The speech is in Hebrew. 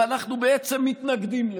ואנחנו בעצם מתנגדים לזה.